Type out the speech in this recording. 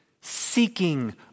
seeking